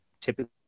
typically